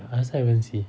I also haven't see